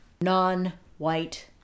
non-white